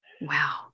Wow